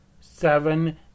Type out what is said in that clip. seven